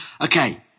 Okay